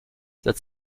that